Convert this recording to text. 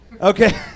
okay